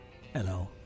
Hello